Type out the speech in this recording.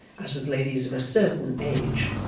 as with ladies of a certain, age.